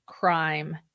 crime